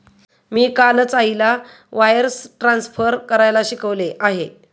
मी कालच आईला wires transfer करायला शिकवले आहे